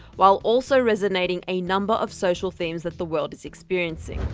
while also resonating a number of social themes that the world is experiencing.